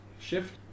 shift